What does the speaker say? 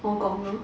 hong kong